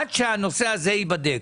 עד שהנושא הזה ייבדק.